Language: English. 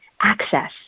access